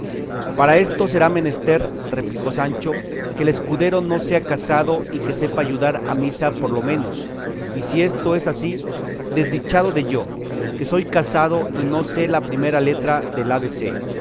para eso será menester replicó sancho que el escudero no sea casado y que sepa ayudar a misa por lo menos y si esto es así desdichado de yo que soy casado y no sé la primera letra del abc